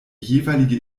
jeweilige